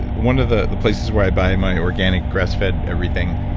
one of the the places where i buy my organic grass-fed everything,